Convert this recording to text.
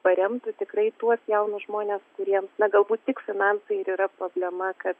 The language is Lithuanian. paremtų tikrai tuos jaunus žmones kuriems na galbūt tik finansai ir yra problema kad